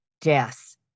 death